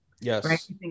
Yes